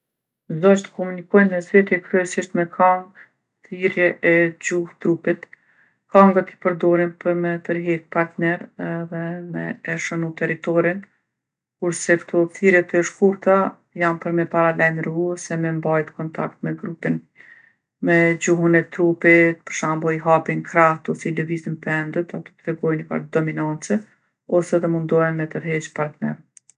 Zogjtë komunikojnë mes veti kryesisht me kangë, thirrje e gjuhë trupit. Kangët i përdorin për me tërhekë partner edhe me e shënu territorin, kurse kto thirrjet e shkurta janë për me paralajmru ose me mbajtë kontakt me grupin. Me gjuhën e trupit, për shembull i hapin krahtë ose i lëvizin pendët ato tregojnë nifar dominance ose edhe mundohen me terheqë partner.